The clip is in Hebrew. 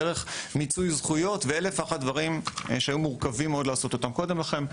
דרך מיצוי זכויות ואלף ואחד דברים שהיו מורכבים מאוד לעשותם קודם לכן.